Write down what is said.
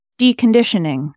deconditioning